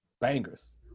bangers